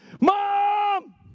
Mom